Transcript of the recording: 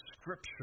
Scripture